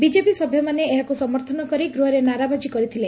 BJP ସଭ୍ୟମାନେ ଏହାକୁ ସମର୍ଥନ କରି ଗୃହରେ ନାରାବାଜି କରିଥିଲେ